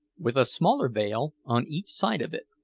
with a smaller vale on each side of it,